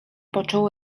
począł